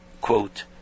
quote